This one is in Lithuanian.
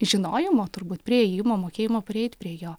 žinojimo turbūt priėjimo mokėjimo prieit prie jo